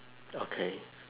okay